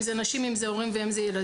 אם זה נשים, אם זה הורים ואם זה ילדים.